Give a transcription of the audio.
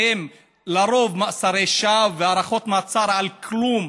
והם לרוב במאסרי שווא ובהארכות מעצר על כלום,